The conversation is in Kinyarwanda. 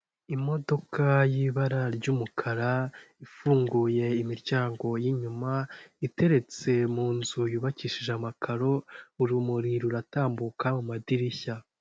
Imodoka y'ibara ry'umukara ifunguye imiryango y'inyuma iteretse mu nzu yubakishije amakaro, urumuri ruratambuka mu madirishya.